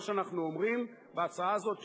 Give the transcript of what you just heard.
מה שאנחנו אומרים בהצעה הזאת הוא,